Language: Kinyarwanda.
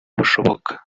bushoboka